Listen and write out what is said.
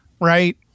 right